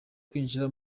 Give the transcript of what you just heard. kwinjira